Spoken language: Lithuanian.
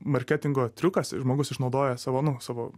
marketingo triukas žmogus išnaudoja savo nu savo